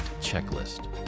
checklist